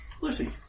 Lucy